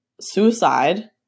suicide